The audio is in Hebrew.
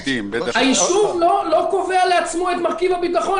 הישוב לא קובע לעצמו את מרכיב הביטחון.